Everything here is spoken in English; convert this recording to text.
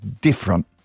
different